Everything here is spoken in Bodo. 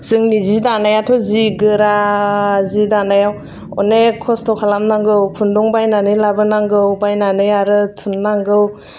जोंनि जि दानायाथ' जि गोरा जि दानायाव अनेग खस्थ खालामनांगौ खुन्दुं बायनानै लाबोनांगौ बायनानै आरो थुननांगौ